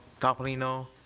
Topolino